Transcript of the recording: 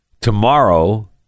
Tomorrow